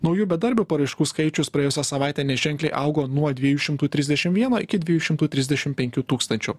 naujų bedarbių paraiškų skaičius praėjusią savaitę neženkliai augo nuo dviejų šimtų trisdešim vieno iki dviejų šimtų trisdešim penkių tūkstančių